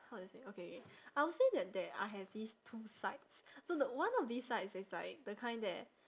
how do you say okay K I would say that there I have these two sides so the one of these sides is like the kind that